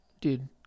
dude